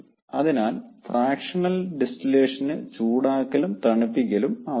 അതിനാൽ ഫ്രാക്ഷണൽ ഡിസ്റ്റിലേഷന് ചൂടാക്കലും തണുപ്പിക്കലും ആവശ്യമാണ്